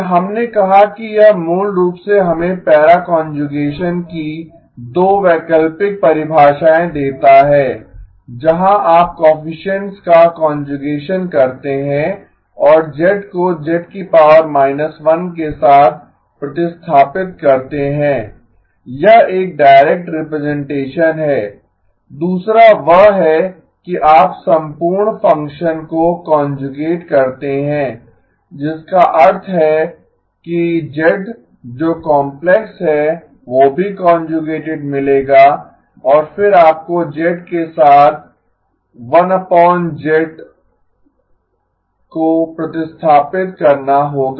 और हमने कहा कि यह मूल रूप से हमें पैरा कांजुगेसन की 2 वैकल्पिक परिभाषाएँ देता है जहाँ आप कोएफिसिएन्ट्स का कांजुगेसन करते हैं और z को z−1 के साथ प्रतिस्थापित करते हैं यह एक डायरेक्ट रिप्रजेंटेशन है दूसरा वह है कि आप संपूर्ण फंक्शन को कांजुगेट करते हैं जिसका अर्थ है कि z जो काम्प्लेक्स है वो भी कांजुगेटेड मिलेगा और फिर आपको z के साथ को प्रतिस्थापित करना होगा